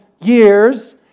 years